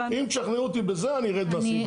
אם תשכנעו אותי בזה, אני ארד מהסעיף הזה.